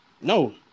No